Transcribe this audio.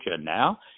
now